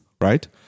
right